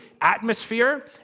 atmosphere